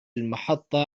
المحطة